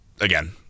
again